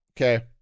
Okay